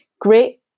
great